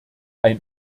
ein